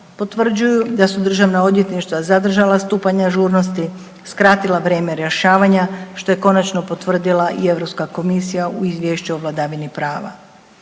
potvrđuju da su državna odvjetništva zadržala stupanj ažurnosti, skratila vrijeme rješavanja, što je konačno potvrdila i EU komisija u Izvješću o vladavini prava.